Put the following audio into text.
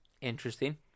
Interesting